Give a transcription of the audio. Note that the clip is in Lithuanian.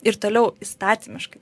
ir toliau įstatymiškai